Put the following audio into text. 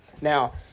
Now